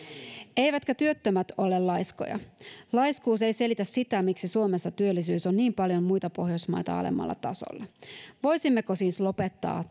eivätkä työttömät ole laiskoja laiskuus ei selitä sitä miksi suomessa työllisyys on niin paljon muita pohjoismaita alemmalla tasolla voisimmeko siis lopettaa